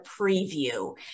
preview